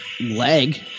leg